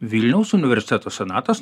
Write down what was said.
vilniaus universiteto senatas